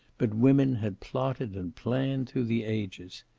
but women had plotted and planned through the ages.